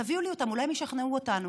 תביאו לי אותם, אולי הם ישכנעו אותנו.